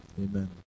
Amen